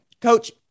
Coach